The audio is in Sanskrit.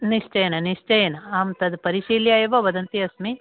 निश्चयेन निश्चयेन अहं तद् परिशील्य एव वदन्ती अस्मि